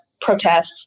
protests